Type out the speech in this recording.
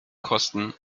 kosten